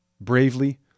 bravely